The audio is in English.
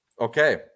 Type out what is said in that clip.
Okay